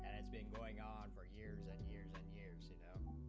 and has been going on for years and years and years you know